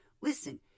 Listen